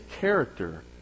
character